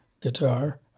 guitar